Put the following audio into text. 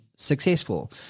Successful